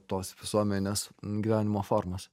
tos visuomenės gyvenimo formas